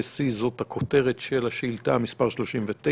C" זאת הכותרת של השאילתה מס' 39,